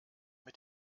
mit